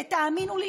ותאמינו לי,